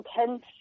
intense